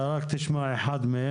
אני ראיתי את הדיון שאתה עושה כאן היום.